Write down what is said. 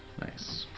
Nice